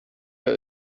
your